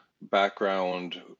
background